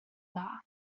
dda